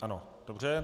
Ano, dobře.